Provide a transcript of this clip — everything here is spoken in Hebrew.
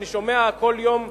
אני שומע כל יום שישי,